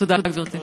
תודה, גברתי.